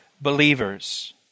believers